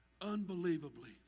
unbelievably